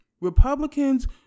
Republicans